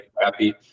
happy